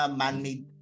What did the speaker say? man-made